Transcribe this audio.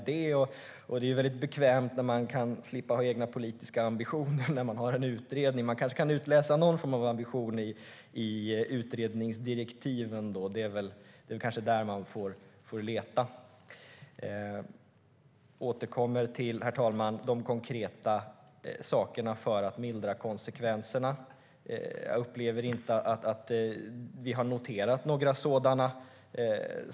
Det är bekvämt när man kan slippa ha egna politiska ambitioner i en utredning. Det går kanske att utläsa någon form av ambition i utredningsdirektiven. Det är väl där vi får leta. Jag återkommer, herr talman, till de konkreta förslagen för att mildra konsekvenserna. Jag upplever inte att vi har noterat några sådana.